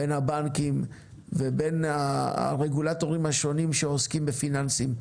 בין הבנקים ובין הרגולטורים השונים שעוסקים בפיננסים.